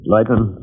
Lighten